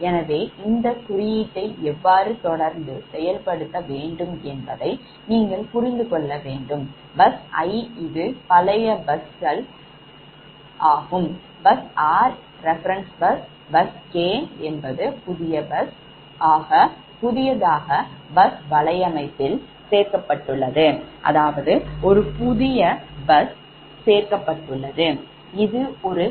எனவே இந்த குறியீட்டை எவ்வாறு தொடர்ந்து செயல்படுத்த வேண்டும் என்பதை நீங்கள் புரிந்து கொள்ள வேண்டும் bus i இது பழைய பஸ் கள் bus r reference bus bus 𝑘 என்பது ஒரு புதிய bus அதாவது புதியதாக bus வலையமைப்பில் சேர்க்கப்பட்டுள்ளது அதாவது இது ஒரு புதிய bus ஆகும்